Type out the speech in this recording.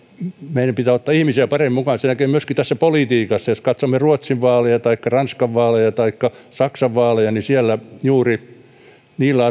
meidän pitää ottaa ihmisiä paremmin mukaan sen näkee myöskin politiikassa jos katsomme ruotsin vaaleja taikka ranskan vaaleja taikka saksan vaaleja niin siellä juuri niillä